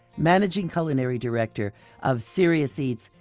managing culinary director of serious eats,